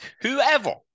Whoever